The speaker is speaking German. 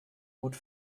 gut